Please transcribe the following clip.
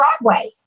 Broadway